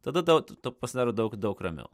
tada tau to pasidaro daug daug ramiau